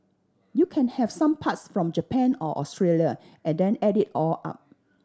you can have some parts from Japan or Australia and then add it all up